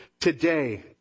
today